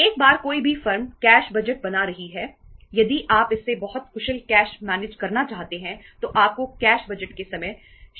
एक बार कोई भी फर्म कैश बजट बना रही है यदि आप इससे बहुत कुशल कैश मैनेज करना चाहते हैं तो आपको कैश बजट के समय क्षितिज को कम करना होगा